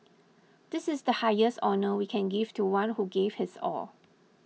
this is the highest honour we can give to one who gave his all